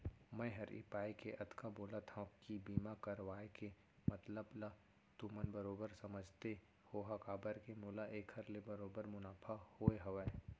मैं हर ए पाय के अतका बोलत हँव कि बीमा करवाय के मतलब ल तुमन बरोबर समझते होहा काबर के मोला एखर ले बरोबर मुनाफा होय हवय